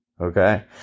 okay